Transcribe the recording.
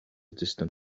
distant